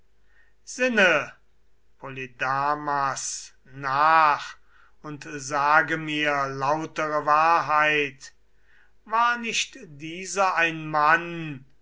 sinne polydamas nach und sage mir lautere wahrheit war nicht dieser ein mann